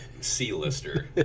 C-lister